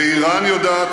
ואיראן יודעת,